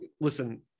listen